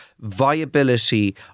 viability